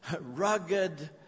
rugged